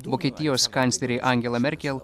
vokietijos kanclerė angela merkel